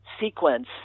sequence